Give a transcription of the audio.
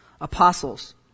Apostles